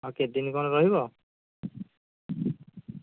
ଆଉ କେତେ ଦିନ କ'ଣ ରହିବ